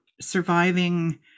surviving